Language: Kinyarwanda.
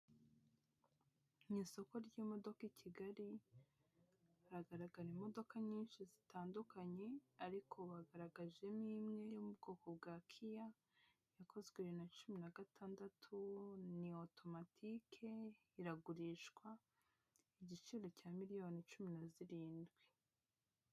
Mu isoko ry'imodoka i Kigali hagaragara imodoka nyinshi zitandukanye ariko bagaragajemo imwe yo mu bwoko bwa kiya yakozwe bibiri na cumi na gatandatu. Ni otomakike iragurishwa igiciro cya miliyoni cumi na zirindwi.